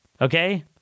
Okay